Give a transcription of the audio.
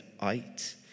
out